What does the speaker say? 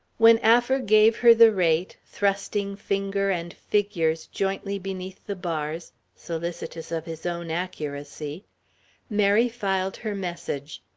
when affer gave her the rate, thrusting finger and figures jointly beneath the bars solicitous of his own accuracy mary filed her message.